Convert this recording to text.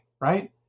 right